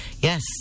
Yes